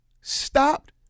stopped